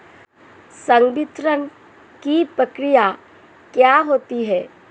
संवितरण की प्रक्रिया क्या होती है?